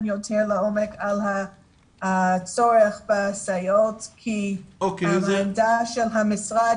יותר לעומק על הצורך בסייעות כי העמדה של המשרד